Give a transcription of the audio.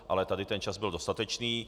Ale tady ten čas byl dostatečný.